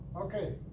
Okay